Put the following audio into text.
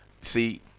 See